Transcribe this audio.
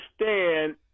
understand